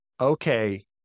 okay